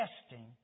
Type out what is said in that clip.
testing